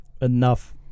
enough